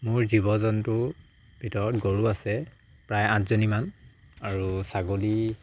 মোৰ জীৱ জন্তুৰ ভিতৰত গৰু আছে প্ৰায় আঠজনীমান আৰু ছাগলী